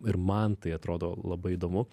ir man tai atrodo labai įdomu